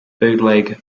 bootleg